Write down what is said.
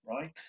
right